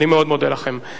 אני מאוד מודה לכם.